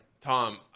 Tom